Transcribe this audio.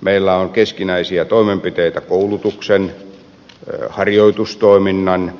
meillä on keskinäisiä toimenpiteitä menossa koulutuksen harjoitustoiminnan